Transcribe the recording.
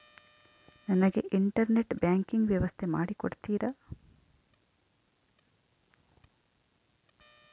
ನನಗೆ internet banking ವ್ಯವಸ್ಥೆ ಮಾಡಿ ಕೊಡ್ತೇರಾ?